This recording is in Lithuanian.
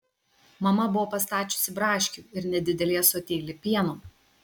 mama buvo pastačiusi braškių ir nedidelį ąsotėlį pieno